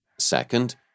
Second